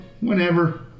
Whenever